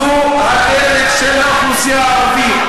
אז זו הדרך של האוכלוסייה הערבית.